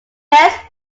best